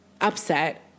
upset